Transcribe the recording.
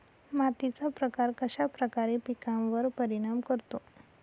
मातीचा प्रकार कश्याप्रकारे पिकांवर परिणाम करतो?